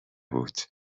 بود